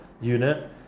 unit